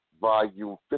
volume